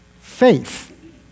faith